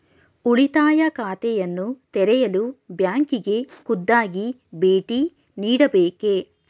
ಉಳಿತಾಯ ಖಾತೆಯನ್ನು ತೆರೆಯಲು ಬ್ಯಾಂಕಿಗೆ ಖುದ್ದಾಗಿ ಭೇಟಿ ನೀಡಬೇಕೇ?